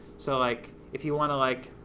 so like, if you want to like,